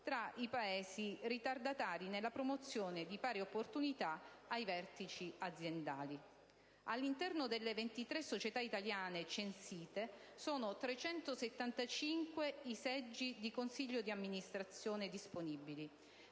tra i Paesi ritardatari nella promozione di pari opportunità ai vertici aziendali. All'interno delle 23 società italiane censite sono 375 i seggi di consiglio di amministrazione disponibili;